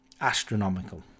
astronomical